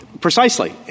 Precisely